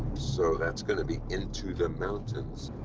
so that's gonna be into the mountains.